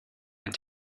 and